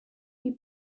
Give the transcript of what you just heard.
you